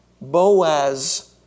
Boaz